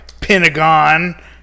Pentagon